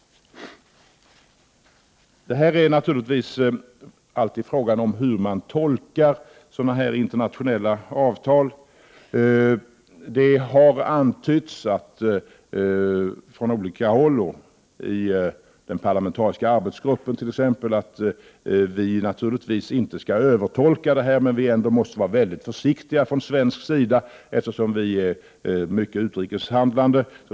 Det är naturligtvis alltid en bedömningsfråga hur man tolkar internationella avtal. Det har från olika håll antytts, t.ex. från den parlamentariska arbetsgruppen, att vi i Sverige naturligtvis inte skall övertolka avtalen, men att vi ändå från svensk sida måste vara mycket försiktiga, eftersom vi har en stor utrikeshandel.